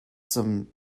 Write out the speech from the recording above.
some